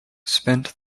spent